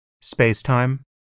space-time